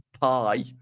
pie